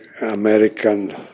American